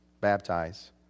baptize